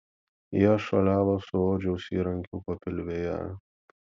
jie šuoliavo su odžiaus įrankiu papilvėje